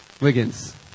Wiggins